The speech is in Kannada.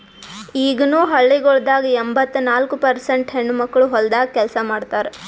ಈಗನು ಹಳ್ಳಿಗೊಳ್ದಾಗ್ ಎಂಬತ್ತ ನಾಲ್ಕು ಪರ್ಸೇಂಟ್ ಹೆಣ್ಣುಮಕ್ಕಳು ಹೊಲ್ದಾಗ್ ಕೆಲಸ ಮಾಡ್ತಾರ್